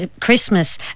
Christmas